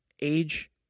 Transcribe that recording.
Age